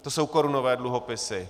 To jsou korunové dluhopisy.